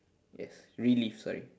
yes relive sorry